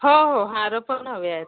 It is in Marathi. हो हो हार पण हवी आहेत